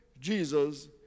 Jesus